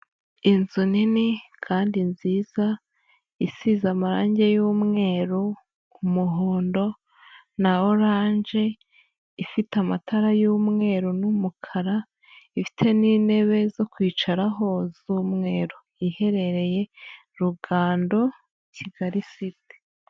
Inzu nini kandi nziza isize amarangi y'umweru, umuhondo na oranje, ifite amatara y'umweru n'umukara, ifite n'intebe zo kwicaraho z'umweru, iherereye Rugando, Kigali siti.